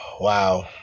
wow